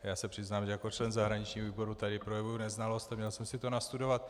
Já se přiznám, že jako člen zahraničního výboru tady projevuji neznalost a měl jsem si to nastudovat.